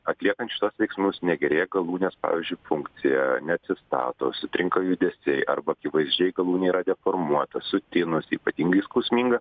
atliekant šituos veiksmus negerėja galūnės pavyzdžiui funkcija neatsistato sutrinka judesiai arba akivaizdžiai galūnė yra deformuota sutinusi ypatingai skausminga